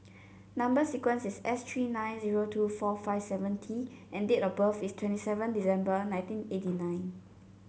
number sequence is S three nine zero two four five seven T and date of birth is twenty seven December nineteen eighty nine